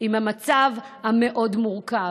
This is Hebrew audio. עם המצב המאוד-מורכב.